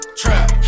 trap